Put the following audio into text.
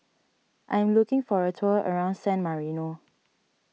I am looking for a tour around San Marino